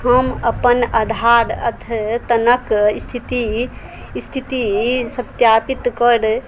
हम अपन आधार अद्यतनक स्थिति स्थिति सत्यापित कर